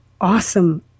awesome